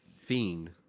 Fiend